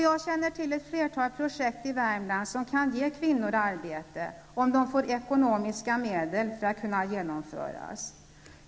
Jag känner till ett flertal projekt i Värmland som kan ge kvinnor arbete, om dessa projekt får ekonomiska medel för att kunna genomföras.